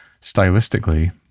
stylistically